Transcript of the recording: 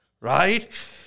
Right